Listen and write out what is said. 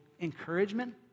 encouragement